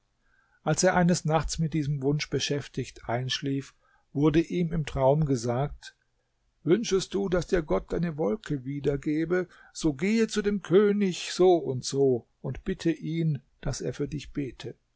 als er eines nachts mit diesem wunsch beschäftigt einschlief wurde ihm im traum gesagt wünschest du daß dir gott deine wolke wiedergebe so gehe zu dem könig n n und bitte ihn daß er für dich bete